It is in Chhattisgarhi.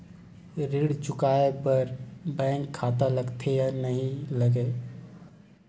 ऋण चुकाए बार बैंक खाता लगथे या नहीं लगाए?